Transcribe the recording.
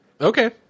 Okay